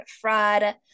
fraud